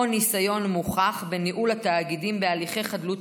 או ניסיון מוכח בניהול התאגידים בהליכי חדלות פירעון,